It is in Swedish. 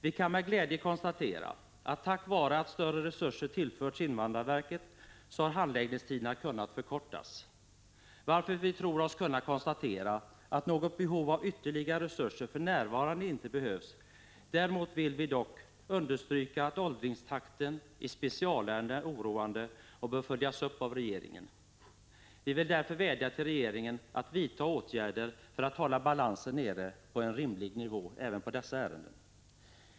Vi kan med glädje konstatera att tack vare att större resurser tillförts invandrarverket har handläggningstiderna kunnat förkortas, varför vi tror oss kunna konstatera att något behov av ytterligare resurser för närvarande inte finns. Däremot vill vi understryka att ”åldringstakten” i specialärenden är oroande och bör följas upp av regeringen. Vi vill därför vädja till regeringen att vidta åtgärder för att hålla balansen nere på en rimlig nivå, även när det gäller dessa ärenden.